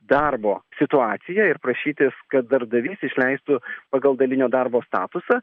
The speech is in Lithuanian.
darbo situaciją ir prašytis kad darbdavys išleistų pagal dalinio darbo statusą